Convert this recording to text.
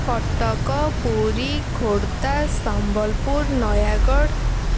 Cuttack Puri Khordha Sambalpur Nayagarh